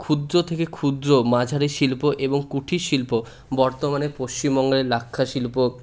ক্ষুদ্র থেকে ক্ষুদ্র মাঝারি শিল্প এবং কুঠির শিল্প বর্তমানে পশ্চিমবঙ্গের লাক্ষা শিল্প